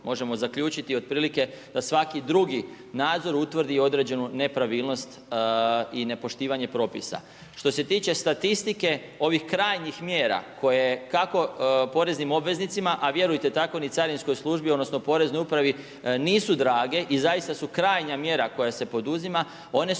Možemo zaključiti otprilike, da svaki drugih nadzor utvrdi određenu nepravilnost i nepoštivanje propisa. Što se tiče statistike ovih krajnjih mjera koje kako poreznim obveznicima, a vjerujte tako ni carinskoj službi, odnosno, poreznoj upravi nisu drage i zaista su krajnja mjera koja se poduzima, one su